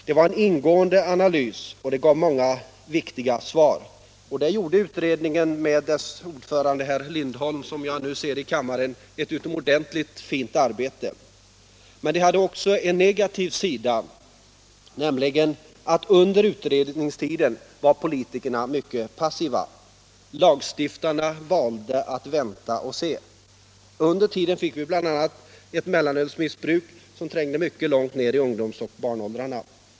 Det var en ingående analys, och den gav många viktiga svar. Där gjorde utredningen med dess ordförande herr Lindholm, som jag nu ser i kammaren, ett utomordentligt fint arbete. Men det hela hade också en negativ sida: under utredningstiden var politikerna mycket passiva. Lagstiftarna valde att vänta och se. Under tiden fick vi bl.a. ett mellanölsmissbruk som trängde mycket långt ned i ungdomsoch barnåldrarna.